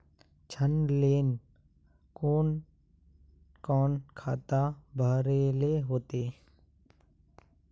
ऋण लेल कोन कोन खाता भरेले होते?